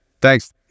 Thanks